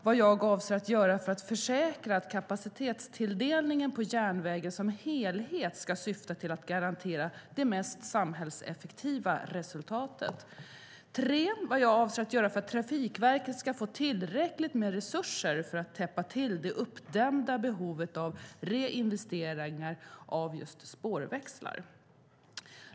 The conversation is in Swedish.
Vad jag avser att göra för att försäkra att kapacitetstilldelningen på järnvägen som helhet ska syfta till att garantera det mest samhällseffektiva resultatet. Vad jag avser att göra för att Trafikverket ska få tillräckligt med resurser för att täppa till det uppdämda behovet av reinvesteringar av spårväxlar.